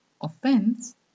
offense